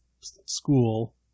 school